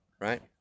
Right